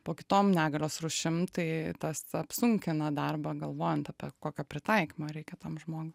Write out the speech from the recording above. po kitom negalios rūšim tai tas apsunkina darbą galvojant apie kokio pritaikymo reikia tam žmogui